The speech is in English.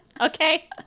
okay